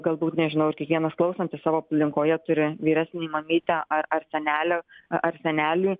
galbūt nežinau ir kiekvienas klausantis savo aplinkoje turi vyresnį mamytę ar ar senelę ar senelį